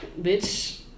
bitch